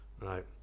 Right